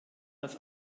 dass